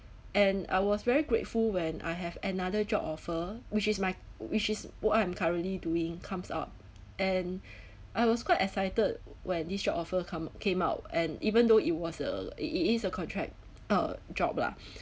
and I was very grateful when I have another job offer which is my which is what I'm currently doing comes out and I was quite excited when this job offer come came out and even though it was a it is a contract uh job lah